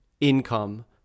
income